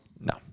No